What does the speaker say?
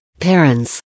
parents